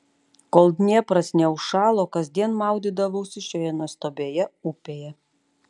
kol dniepras neužšalo kasdien maudydavausi šioje nuostabioje upėje